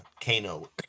Kano